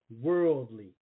worldly